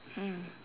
mm